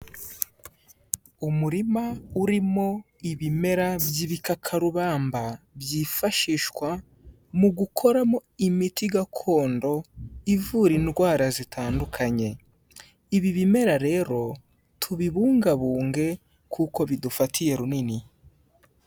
Umurima urimo ibimera by'ibikakarubamba, byifashishwa mu gukoramo imiti gakondo ivura indwara zitandukanye, ibi bimera rero tubibungabunge kuko bidufatiye runini.